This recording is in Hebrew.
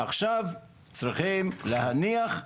עכשיו צריכים להניח,